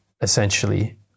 essentially